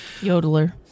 yodeler